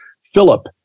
Philip